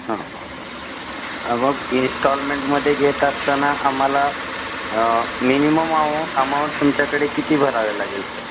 हां हां हां हां मग इन्स्टॉलमेंटमध्ये घेत असताना आम्हाला मिनिमम अम अमाऊंट तुमच्याकडे किती भरावं लागेल सर